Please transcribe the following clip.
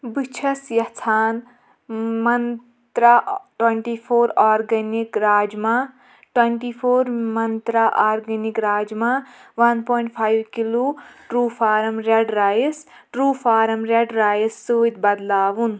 بہٕ چھَس یژھان Mantra twenty four organic rajma twenty four Mantra organic rajma one point five kilo Truefarm red rice Truefarm red rice سۭتۍ بدلاوُن